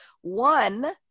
one